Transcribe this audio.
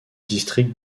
district